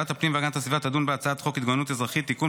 ועדת הפנים והגנת הסביבה תדון בהצעת חוק ההתגוננות האזרחית (תיקון,